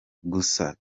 gusa